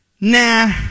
Nah